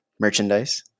merchandise